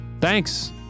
Thanks